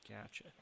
gotcha